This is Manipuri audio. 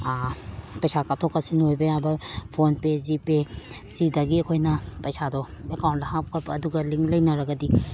ꯄꯩꯁꯥ ꯀꯥꯞꯊꯣꯛ ꯀꯥꯞꯁꯤꯟ ꯑꯣꯏꯕ ꯌꯥꯕ ꯐꯣꯟꯄꯦ ꯖꯤꯄꯦ ꯁꯤꯗꯒꯤ ꯑꯩꯈꯣꯏꯅ ꯄꯩꯁꯥꯗꯣ ꯑꯦꯀꯥꯎꯟꯗ ꯍꯥꯞꯄꯕ ꯑꯗꯨꯒ ꯂꯤꯡ ꯂꯩꯅꯔꯒꯗꯤ